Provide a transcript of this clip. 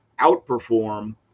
outperform